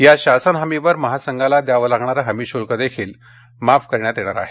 या शासन हमीवर महासंघाला द्यावं लागणारं हमी शुल्क देखील माफ करण्यात येणार आहे